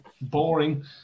boring